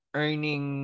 earning